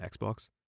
Xbox